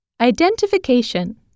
Identification